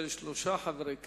של שלושה מחברי הכנסת.